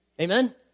Amen